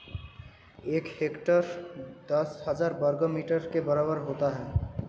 एक हेक्टेयर दस हजार वर्ग मीटर के बराबर होता है